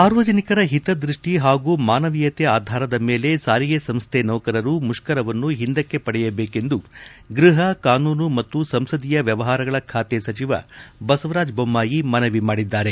ಸಾರ್ವಜನಿಕರ ಹಿತದ್ವಟ್ಷಿ ಪಾಗೂ ಮಾನವೀಯತೆ ಆಧಾರದ ಮೇಲೆ ಸರ್ಕಾರಿ ಸಾರಿಗೆ ಸಂಸ್ನೆ ನೌಕರರು ಮುಷ್ತರವನ್ನು ಹಿಂದಕ್ಕೆ ಪಡೆಯಬೇಕೆಂದು ಗೃಹ ಕಾನೂನು ಮತ್ತು ಸಂಸದೀಯ ವ್ವವಹಾರಗಳ ಖಾತೆ ಸಚಿವ ಬಸವರಾಜ ಬೊಮ್ಮಾಯಿ ಮನವಿ ಮಾಡಿದ್ದಾರೆ